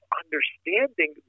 understanding